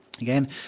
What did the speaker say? Again